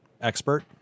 Expert